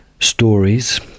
stories